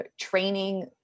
training